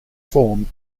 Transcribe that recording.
formed